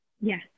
Yes